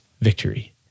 victory